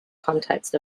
context